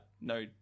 No